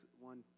one